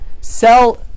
sell